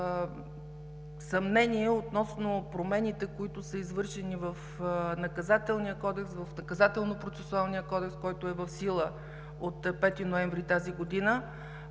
съмнение относно промените, които са извършени в Наказателно-процесуалния кодекс, който е в сила от 5 ноември тази година,